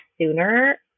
sooner